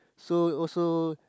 so also